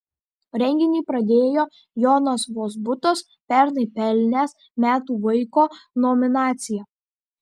renginį pradėjo jonas vozbutas pernai pelnęs metų vaiko nominaciją